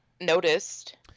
noticed